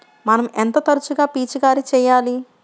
మనం ఎంత తరచుగా పిచికారీ చేయాలి?